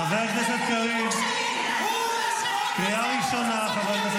חבר הכנסת קריב, קריאה ראשונה.